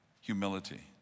Humility